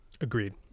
Agreed